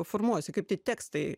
formuojasi kaip tie tekstai